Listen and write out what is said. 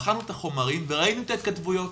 בחנו את החומרים וראינו את ההתכתבויות.